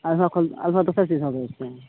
अलहुआ अलहुआ दोसर चीज